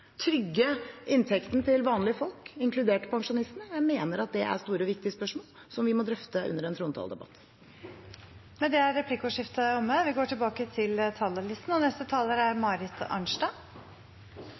trygge inntekten til vanlige folk, inkludert pensjonistene. Jeg mener det er store og viktige spørsmål som vi må drøfte under en trontaledebatt. Replikkordskiftet er omme. Med den forrige taleren fikk en et øyeblikk en følelse av at vi